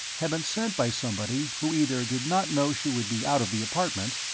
have been sent by somebody who either did not know she would be out of the apartment,